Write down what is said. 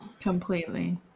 Completely